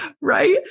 right